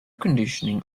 conditioning